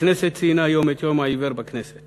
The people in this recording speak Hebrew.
הכנסת ציינה היום את יום העיוור בכנסת